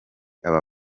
aba